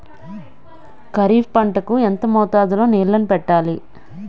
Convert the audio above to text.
ఖరిఫ్ పంట కు ఎంత మోతాదులో నీళ్ళని పెట్టాలి?